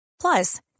Plus